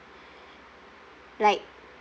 like